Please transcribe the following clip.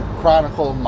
chronicle